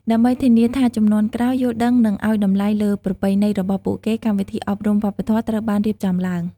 ដើម្បីធានាថាជំនាន់ក្រោយយល់ដឹងនិងឱ្យតម្លៃលើប្រពៃណីរបស់ពួកគេ កម្មវិធីអប់រំវប្បធម៌ត្រូវបានរៀបចំឡើង។